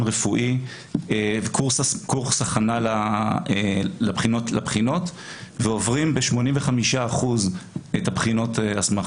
אולפן רפואי וקורס הכנה לבחינות ועוברים ב-85% את בחינות ההסמכה.